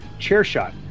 CHAIRSHOT